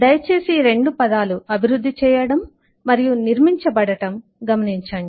దయచేసి ఈ రెండు పదాలు 'అభివృద్ధి చేయడం' మరియు 'నిర్మించబడటం' గమనించండి